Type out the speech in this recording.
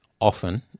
often